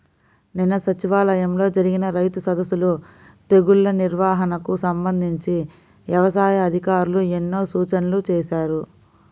నిన్న సచివాలయంలో జరిగిన రైతు సదస్సులో తెగుల్ల నిర్వహణకు సంబంధించి యవసాయ అధికారులు ఎన్నో సూచనలు చేశారు